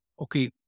Okay